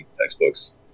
textbooks